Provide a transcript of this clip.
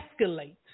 escalate